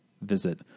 visit